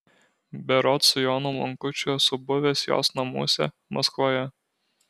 berods su jonu lankučiu esu buvęs jos namuose maskvoje